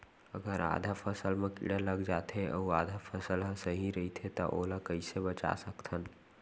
अगर आधा फसल म कीड़ा लग जाथे अऊ आधा फसल ह सही रइथे त ओला कइसे बचा सकथन?